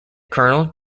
colonel